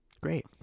Great